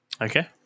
okay